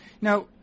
Now